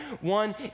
One